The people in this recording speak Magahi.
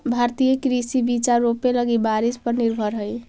भारतीय कृषि बिचा रोपे लगी बारिश पर निर्भर हई